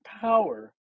power